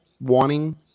wanting